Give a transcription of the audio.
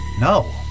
No